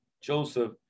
Joseph